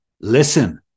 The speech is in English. Listen